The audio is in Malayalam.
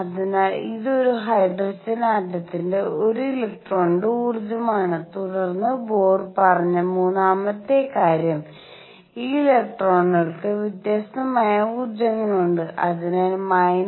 അതിനാൽ ഇത് ഒരു ഹൈഡ്രജൻ ആറ്റത്തിലെ ഒരു ഇലക്ട്രോണിന്റെ ഊർജ്ജമാണ് തുടർന്ന് ബോർ പറഞ്ഞ മൂന്നാമത്തെ കാര്യം ഈ ഇലക്ട്രോണുകൾക്ക് വ്യത്യസ്തമായ ഊർജ്ജങ്ങളുണ്ട് അതിനാൽ −13